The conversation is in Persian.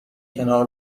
کنار